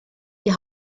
die